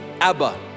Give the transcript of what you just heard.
Abba